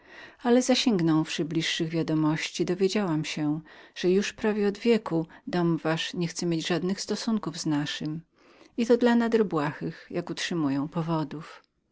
ale zasięgnąwszy bliższych wiadomości dowiedziałam się że już prawie od wieku dom wasz nie chce mieć żadnych stosunków z naszym i to dla nader błahych jak utrzymują powodów